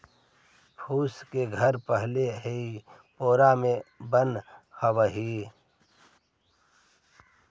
फूस के घर पहिले इही पोरा से बनऽ हलई